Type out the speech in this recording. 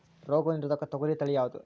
ರೋಗ ನಿರೋಧಕ ತೊಗರಿ ತಳಿ ಯಾವುದು?